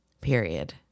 period